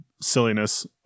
silliness